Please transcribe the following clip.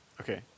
Okay